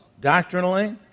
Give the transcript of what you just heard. doctrinally